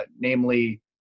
namely